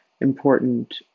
important